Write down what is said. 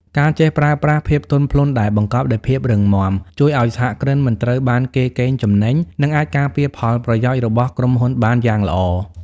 ការចេះប្រើប្រាស់ "ភាពទន់ភ្លន់ដែលបង្កប់ដោយភាពរឹងមាំ" ជួយឱ្យសហគ្រិនមិនត្រូវបានគេកេងចំណេញ និងអាចការពារផលប្រយោជន៍របស់ក្រុមហ៊ុនបានយ៉ាងល្អ។